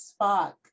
Spock